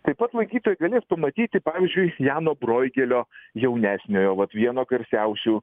taip pat lankytojai galės pamatyti pavyzdžiui jano broigelio jaunesniojo vat vieno garsiausių